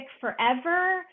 forever